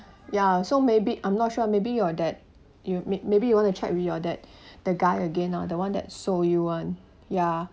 ya so maybe I'm not sure maybe your that ma~ maybe you want to check with your that that guy again ah the one that sold you [one] ya